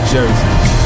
Jersey